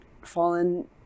fallen